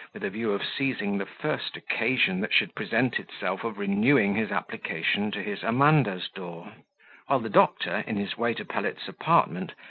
with a view of seizing the first occasion that should present itself of renewing his application to his amanda's door while the doctor, in his way to pellet's apartment,